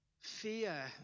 Fear